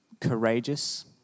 courageous